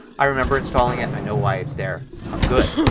i remember installing it. i know why it's there. i'm good.